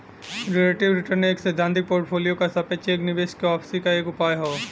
relative return एक सैद्धांतिक portfolio क सापेक्ष एक निवेश क वापसी क एक उपाय हौ